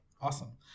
Awesome